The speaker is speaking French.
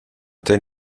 tel